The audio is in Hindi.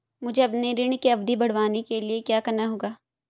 मुझे अपने ऋण की अवधि बढ़वाने के लिए क्या करना होगा?